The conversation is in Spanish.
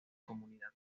comunidad